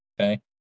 Okay